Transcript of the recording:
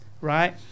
right